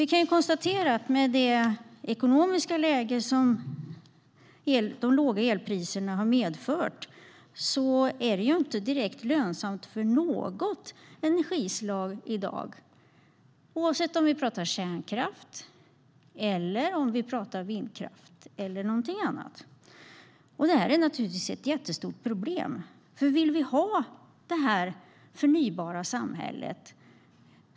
Vi kan konstatera att med det ekonomiska läget som har medfört låga elpriser är det inte direkt lönsamt för något energislag i dag, oavsett om vi pratar om kärnkraft, vindkraft eller någonting annat. Detta är naturligtvis ett jättestort problem. Hur vill vi ha det förnybara samhället?